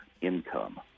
income